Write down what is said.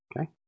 Okay